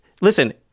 listen-